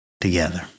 together